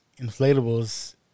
inflatables